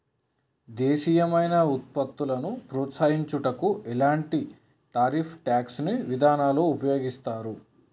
దేశీయమైన వృత్పత్తులను ప్రోత్సహించుటకు ఎలాంటి టారిఫ్ ట్యాక్స్ ఇదానాలు ఉపయోగిత్తారు